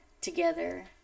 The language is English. together